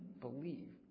believe